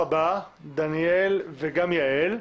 דניאל וגם יעל.